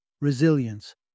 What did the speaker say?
resilience